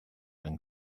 and